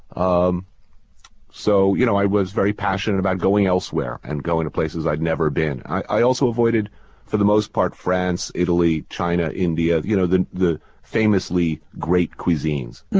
um so you know i was very passionate about going elsewhere and going to places i'd never been. i also avoided for the most part france, italy, china, india you know the the famously great cuisines